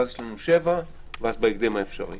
ואז יש לנו שבעה ימים ואז בהקדם האפשרי.